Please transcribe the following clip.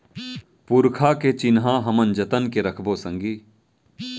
पुरखा के चिन्हा हमन जतन के रखबो संगी